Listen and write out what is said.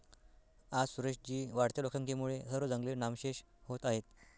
आज सुरेश जी, वाढत्या लोकसंख्येमुळे सर्व जंगले नामशेष होत आहेत